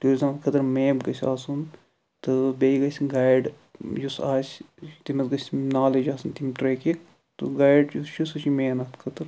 tourism خٲطر map گَژھِ آسُن تہٕ بیٚیہِ گَژھِ گایڈ یُس آسہِ تٔمِس گَژھِ نالیج آسٕنۍ تَمہِ ٹرٛیکہِ تہٕ گایڈ یُس چھُ سُہ چھُ مین اَتھ خٲطرٕ